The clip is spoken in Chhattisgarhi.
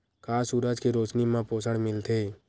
का सूरज के रोशनी म पोषण मिलथे?